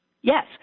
Yes